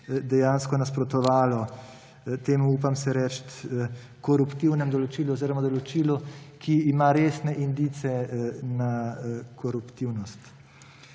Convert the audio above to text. dejansko nasprotovalo temu, upam si reči, koruptivnem določilo oziroma določilu, ki ima resne indice na koruptivnost.